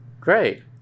great